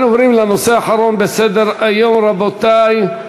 אנחנו עוברים לנושא האחרון בסדר-היום, רבותי,